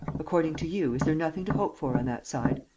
according to you, is there nothing to hope for on that side?